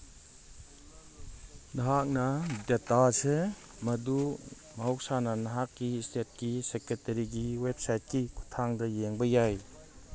ꯅꯍꯥꯛꯅ ꯗꯦꯇꯥꯁꯦ ꯃꯗꯨ ꯃꯍꯧꯁꯥꯅ ꯅꯍꯥꯛꯀꯤ ꯏꯁꯇꯦꯠꯀꯤ ꯁꯦꯀ꯭ꯔꯦꯇꯔꯤꯒꯤ ꯋꯦꯕꯁꯥꯏꯠꯀꯤ ꯈꯨꯠꯊꯥꯡꯗ ꯌꯦꯡꯕ ꯌꯥꯏ